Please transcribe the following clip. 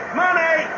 money